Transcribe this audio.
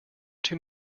too